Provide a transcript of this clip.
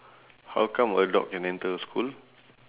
how come a dog can enter a school